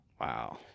Wow